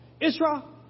Israel